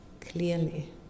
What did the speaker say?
clearly